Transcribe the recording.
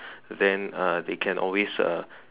then uh they can always uh